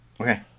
Okay